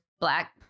black